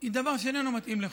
היא דבר שאיננו מתאים לחוק.